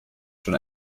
schon